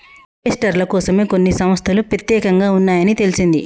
ఇన్వెస్టర్ల కోసమే కొన్ని సంస్తలు పెత్యేకంగా ఉన్నాయని తెలిసింది